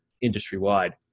industry-wide